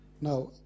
Now